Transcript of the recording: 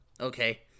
Okay